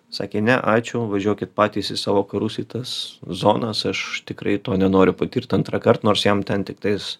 sakė ne ačiū važiuokit patys į savo karus į tas zonas aš tikrai to nenoriu patirt antrąkart nors jam ten tiktais